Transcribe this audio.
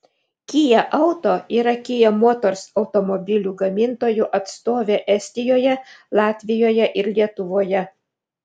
kia auto yra kia motors automobilių gamintojų atstovė estijoje latvijoje ir lietuvoje